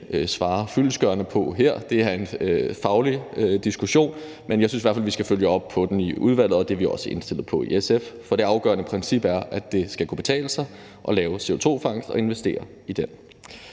svare fyldestgørende på her. Det er en faglig diskussion, men jeg synes i hvert fald, at vi skal følge op på den i udvalget, og det er vi også indstillet på i SF. For det afgørende princip er, at det skal kunne betale sig at lave CO2-fangst og investere i det.